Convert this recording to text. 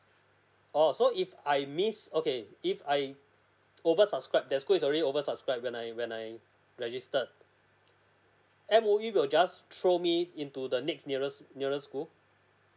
oh so if I missed okay if I over subscribed that school is already over subscribed when I when I registered M_O_E will just throw me into the next nearest nearest school